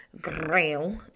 grail